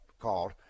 called